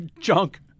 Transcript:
junk